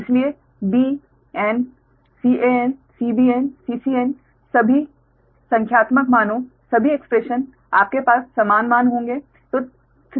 इसलिए b n Can Cbn Ccn सभी संख्यात्मक मानों सभी एक्स्प्रेशन आपके पास समान मान होंगे